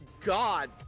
God